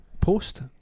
post